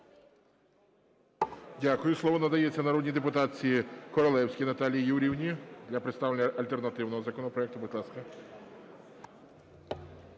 Дякую. Слово надається народній депутатці Королевській Наталії Юріївні для представлення альтернативного законопроекту. Будь ласка.